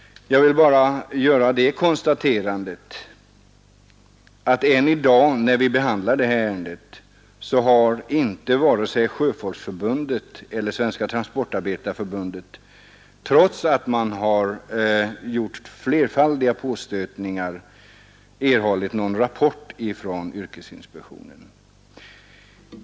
Jag vill bara konstatera att ännu i dag när vi behandlar detta ärende har inte vare sig Sjöfolksförbundet eller Svenska transportarbetareförbundet erhållit någon rapport från yrkesinspektionen, trots att man gjort flerfaldiga påstötningar.